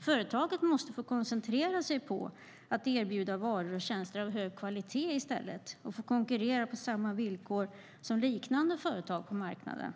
Företaget måste i stället få koncentrera sig på att erbjuda varor och tjänster av hög kvalitet och få konkurrera på samma villkor som liknande företag på marknaden.